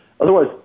Otherwise